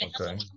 Okay